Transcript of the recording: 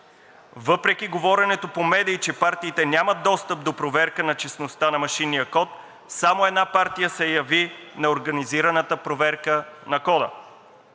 „Въпреки говоренето по медии, че партиите нямат достъп до проверка на честността на машинния код, само една партия се яви на организираната проверка на кода.